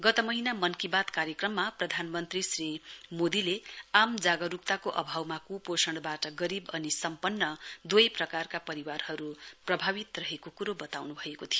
गत महीना मन की बात कार्यक्रममा प्रधानमन्त्री श्री मोदीले आम जागरुकताको अभावमा कृपोषणवाट गरीब अनि सम्पन्न दुवै प्रकारका परिवारहरु प्रभावित रहेको कुरो वताउनु भेको थियो